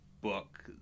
book